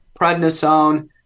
prednisone